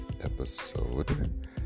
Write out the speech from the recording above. episode